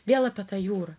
vėl apie tą jūrą